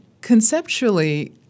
conceptually